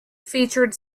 featured